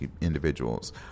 individuals